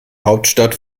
hauptstadt